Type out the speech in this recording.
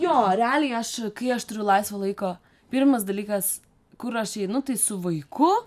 jo realiai aš kai aš turiu laisvo laiko pirmas dalykas kur aš einu tai su vaiku